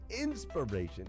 inspiration